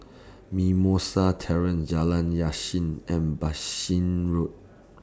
Mimosa Terrace Jalan Yasin and Bassein Road